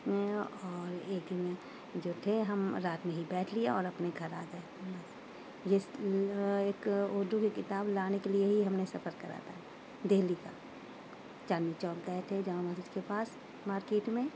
اور ایک دن جو تھے ہم رات میں ہی بیٹھ لیے اور اپنے گھر آ گئے ایک اردو کی کتاب لانے کے لیے ہی ہم نے سفر کرا تھا دہلی کا چاندنی چوک گئے تھے جامع مسجد کے پاس مارکیٹ میں